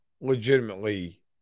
legitimately